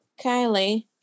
Kylie